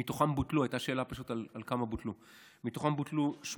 ומתוכם בוטלו,